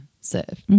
serve